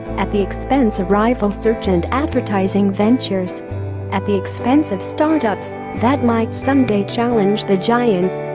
at the expense of rival search and advertising ventures at the expense of startups that might someday challenge the giants.